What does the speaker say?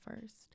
first